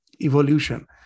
evolution